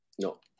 No